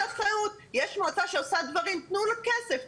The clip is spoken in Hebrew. יש מועצה שעושה דברים, תנו לה כסף.